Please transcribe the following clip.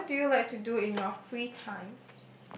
okay what do you like to do in your free time